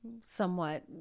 somewhat